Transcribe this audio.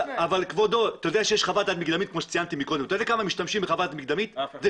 אתה יודע שיש חוות דעת מקדמית כמו שציינתי קודם.